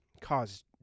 caused